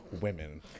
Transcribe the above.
women